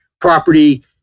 property